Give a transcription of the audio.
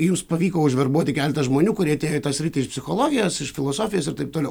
jums pavyko užverbuoti keletą žmonių kurie atėjo į tą sritį iš psichologijos iš filosofijos ir taip toliau